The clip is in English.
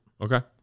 Okay